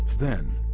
then,